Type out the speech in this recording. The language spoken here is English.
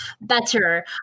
better